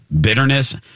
bitterness